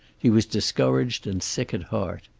he was discouraged and sick at heart.